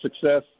success